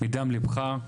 מדם ליבך.